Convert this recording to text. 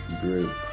group